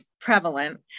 prevalent